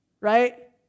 right